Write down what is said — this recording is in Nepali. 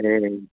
ए